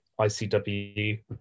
ICW